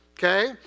Okay